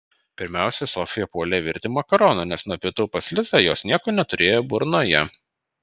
pirmiausia sofija puolė virti makaronų nes nuo pietų pas lizą jos nieko neturėjo burnoje